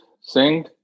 Singh